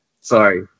Sorry